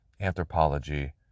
anthropology